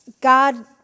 God